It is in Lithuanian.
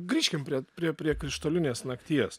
grįžkim prie prie prie krištolinės nakties